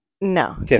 No